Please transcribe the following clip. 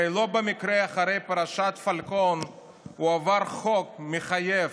הרי לא במקרה אחרי פרשת הפלקון הועבר חוק מחייב